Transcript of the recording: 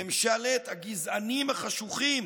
ממשלת הגזענים החשוכים